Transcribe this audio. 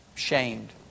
shamed